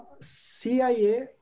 CIA